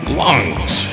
lungs